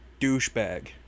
douchebag